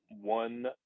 one